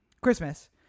Christmas